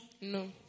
No